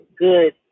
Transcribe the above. good